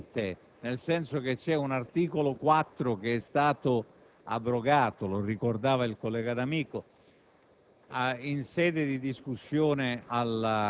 di incidente, nel senso che vi è un articolo 3 che è stato soppresso (lo ricordava il collega D'Amico)